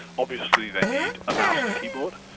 obviously they need a mouse and a keyboard,